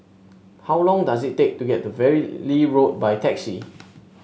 how long does it take to get to Valley Road by taxi